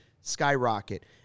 skyrocket